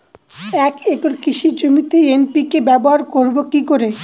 এক একর কৃষি জমিতে এন.পি.কে ব্যবহার করব কি করে?